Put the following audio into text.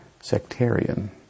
sectarian